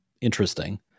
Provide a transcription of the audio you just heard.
interesting